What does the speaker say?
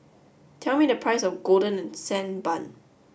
tell me the price of Golden Sand Bun